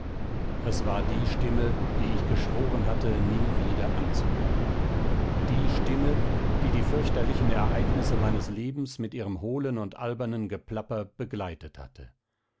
es war die stimme die ich geschworen hatte nie wieder anzuhören die stimme die die fürchterlichen ereignisse meines lebens mit ihrem hohlen und albernen geplapper begleitet hatte